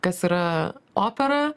kas yra opera